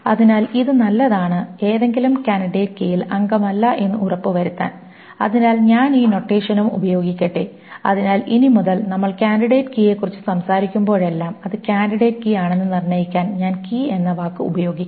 അതിനാൽ ഇത് നല്ലതാണു ഏതെങ്കിലും കാൻഡിഡേറ്റ് കീയിൽ അംഗമല്ല എന്ന് ഉറപ്പുവരുത്താൻ അതിനാൽ ഞാൻ ഈ നൊട്ടേഷനും ഉപയോഗിക്കട്ടെ അതിനാൽ ഇനിമുതൽ നമ്മൾ ക്യാൻഡിഡേറ്റ് കീയെക്കുറിച്ച് സംസാരിക്കുമ്പോഴെല്ലാം അത് ക്യാൻഡിഡേറ്റ് കീ ആണെന്ന് നിർണ്ണയിക്കാൻ ഞാൻ കീ എന്ന വാക്ക് ഉപയോഗിക്കും